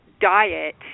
diet